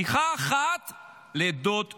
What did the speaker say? בשיחה אחת לדוד דונלד.